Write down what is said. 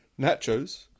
nachos